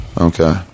Okay